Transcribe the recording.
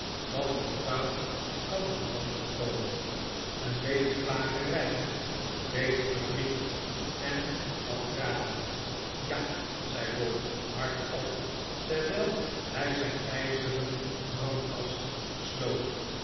wat voor kwaad kan er dan van komen een beetje plagerij een beetje verdriet en wat tranen ja zei ralph hardop terwijl hij zijn ijzeren brandkast sloot